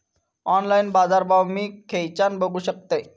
Online बाजारभाव मी खेच्यान बघू शकतय?